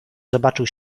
zobaczył